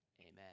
amen